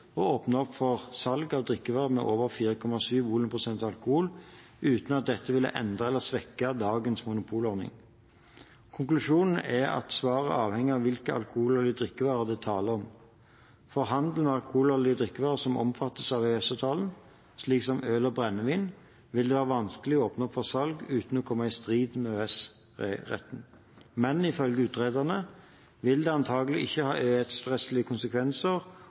å åpne opp for salg av drikkevarer med over 4,7 volumprosent alkohol, uten at dette ville endre eller svekke dagens monopolordning. Konklusjonen er at svaret avhenger av hvilke alkoholholdige drikkevarer det er tale om. For handel med alkoholholdige drikkevarer som omfattes av EØS-avtalen, slik som øl og brennevin, vil det være vanskelig å åpne opp for salg uten å komme i strid med EØS-retten. Men ifølge utrederne vil det antakelig ikke ha EØS-rettslige konsekvenser